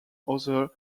other